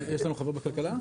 יש לנו חבר בוועדת הכלכלה?